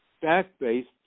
fact-based